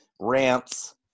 rants